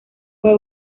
fue